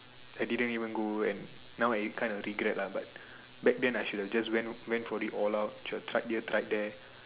I didn't even go and now I kind of regret lah but back then I should have just went for it all out should have tried here tried there